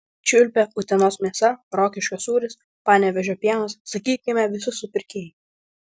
čiulpia utenos mėsa rokiškio sūris panevėžio pienas sakykime visi supirkėjai